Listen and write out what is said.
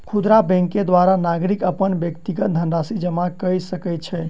खुदरा बैंक के द्वारा नागरिक अपन व्यक्तिगत धनराशि जमा कय सकै छै